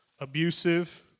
abusive